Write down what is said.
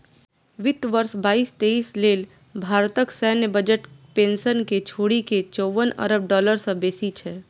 वित्त वर्ष बाईस तेइस लेल भारतक सैन्य बजट पेंशन कें छोड़ि के चौवन अरब डॉलर सं बेसी छै